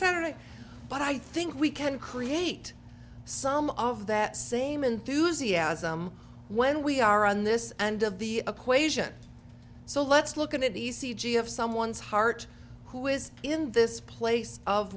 cetera but i think we can create some of that same enthusiasm when we are on this end of the equation so let's look at it e c g of someone's heart who is in this place of